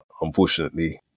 unfortunately